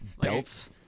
Belts